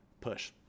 push